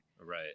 Right